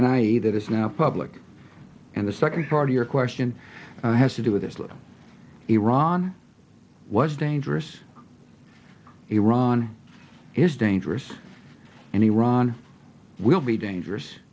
end i either it is now public and the second part of your question has to do with islam iran was dangerous iran is dangerous and iran will be dangerous